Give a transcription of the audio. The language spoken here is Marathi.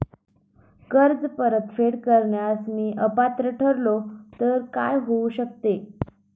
कर्ज परतफेड करण्यास मी अपात्र ठरलो तर काय होऊ शकते?